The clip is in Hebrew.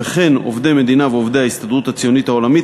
וכן עובדי מדינה ועובדי ההסתדרות הציונית העולמית,